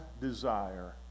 desire